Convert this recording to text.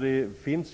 Det finns